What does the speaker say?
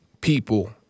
people